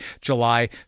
July